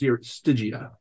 Stygia